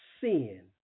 sin